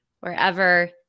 wherever